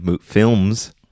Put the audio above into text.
films